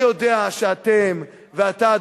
אני יודע שאתם ואתה,